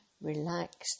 relaxed